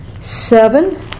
Seven